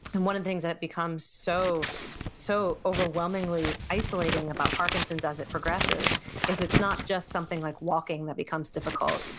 and one of the things that becomes so so overwhelmingly isolating about parkinson's as it progresses is it's not just something like walking that becomes difficult,